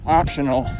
optional